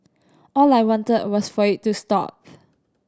all I wanted was for it to stop